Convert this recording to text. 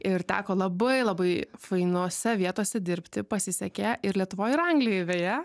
ir teko labai labai fainose vietose dirbti pasisekė ir lietuvoj ir anglijoj beje